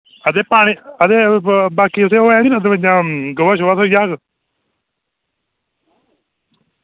ते बाकी असें ओह् मतलब ऐ नी गोहा थ्होई जाह्ग